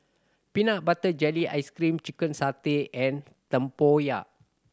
peanut butter jelly ice cream chicken satay and tempoyak